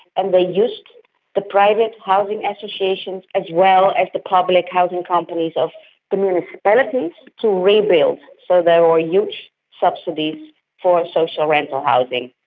and they used the private housing association as well as the public housing companies of the municipalities to rebuild. so there were huge subsidies for social rental housing,